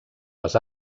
les